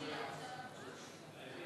סעיפים